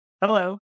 Hello